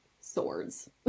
swords